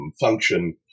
function –